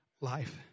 Life